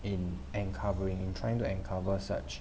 in encovering trying to encover such